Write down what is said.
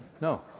No